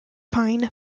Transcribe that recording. pine